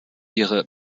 ihre